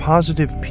Positive